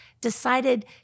decided